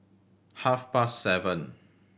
half past seven